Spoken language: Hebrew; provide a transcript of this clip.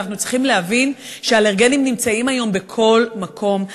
אבל אנחנו צריכים להבין שהאלרגנים נמצאים היום בכל מקום,